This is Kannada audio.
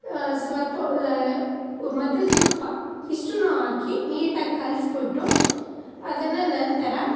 ಸ್ವಲ್ಪ ಮತ್ತು ತುಪ್ಪ ಇಷ್ಟನ್ನೂ ಹಾಕಿ ನೀಟಾಗಿ ಕಲಸ್ಬಿಟ್ಟು ಅದನ್ನು ನಂತರ